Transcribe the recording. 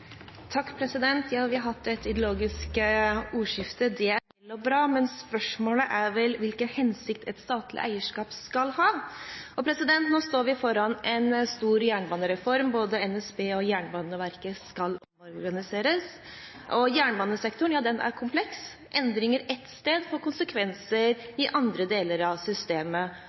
bra. Men spørsmålet er vel hvilken hensikt et statlig eierskap skal ha. Nå står vi foran en stor jernbanereform. Både NSB og Jernbaneverket skal omorganiseres. Jernbanesektoren er kompleks: Endringer ett sted får konsekvenser